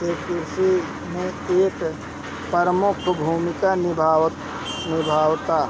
से कृषि में एक प्रमुख भूमिका निभावता